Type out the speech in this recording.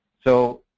so,